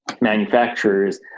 manufacturers